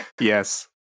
yes